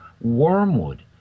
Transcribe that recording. Wormwood